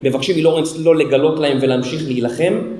מבקשים מלורנס לא לגלות להם ולהמשיך להילחם